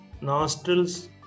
nostrils